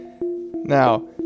Now